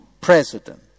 president